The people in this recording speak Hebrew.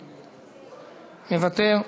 מוותר,